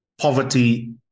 poverty